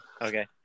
Okay